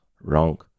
wrong